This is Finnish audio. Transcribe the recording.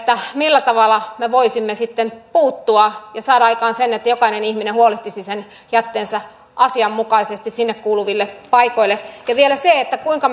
millä tavalla me voisimme sitten puuttua ja saada aikaan sen että jokainen ihminen huolehtisi sen jätteensä asianmukaisesti sinne kuuluville paikoille ja vielä kuinka